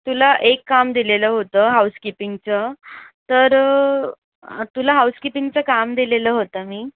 तुला एक काम दिलेलं होतं हाउसकीपिंगचं तर तुला हाउसकीपिंगचं काम दिलेलं होतं मी